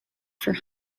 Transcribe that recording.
for